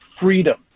freedom